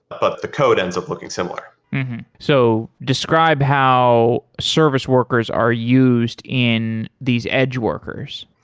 but the code ends up looking similar so describe how service workers are used in these edge workers.